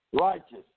righteous